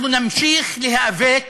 אנחנו נמשיך להיאבק